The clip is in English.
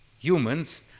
humans